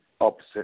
opposite